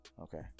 Okay